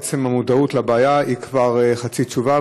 עצם המודעות לבעיה היא כבר חצי תשובה,